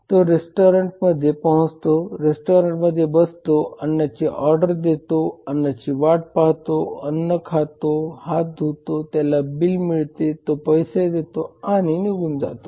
तो रेस्टॉरंटमध्ये पोहोचतो रेस्टॉरंटमध्ये बसतो अन्नाची ऑर्डर देतो अन्नाची वाट पाहतो अन्न खातो हाथ धुतो त्याला बिल मिळते तो पैसे देतो आणि निघून जातो